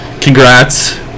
congrats